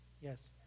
Yes